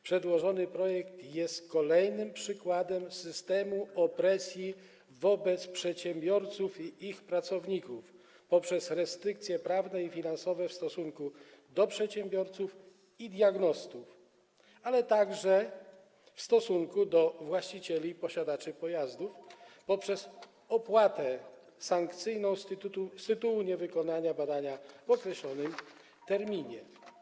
Przedłożony projekt jest kolejnym przykładem systemu opresji wobec przedsiębiorców i ich pracowników poprzez restrykcje prawne i finansowe w stosunku do przedsiębiorców i diagnostów, ale także w stosunku do właścicieli i posiadaczy pojazdów - poprzez opłatę sankcyjną z tytułu niewykonania badania w określonym terminie.